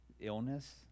illness